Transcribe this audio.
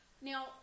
Now